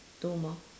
two more